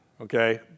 Okay